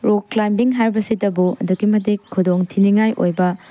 rock climbing ꯍꯥꯏꯕꯁꯤꯇꯕꯨ ꯑꯗꯨꯛꯀꯤ ꯃꯇꯤꯛ ꯈꯨꯗꯣꯡ ꯊꯤꯅꯤꯡꯉꯥꯏ ꯑꯣꯏꯕ